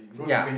ya